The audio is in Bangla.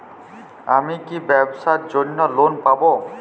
আমি কি ব্যবসার জন্য লোন পাব?